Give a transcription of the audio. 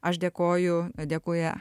aš dėkoju dekuja